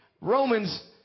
Romans